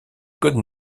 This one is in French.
code